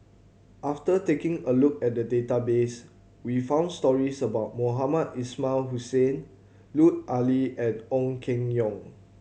after taking a look at the database we found stories about Mohamed Ismail Hussain Lut Ali and Ong Keng Yong